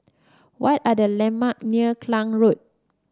what are the landmarks near Klang Road